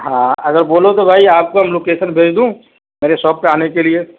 ہاں اگر بولو تو بھائی آپ کو لوکیشن بھیج دوں میرے شاپ پہ آنے کے لیے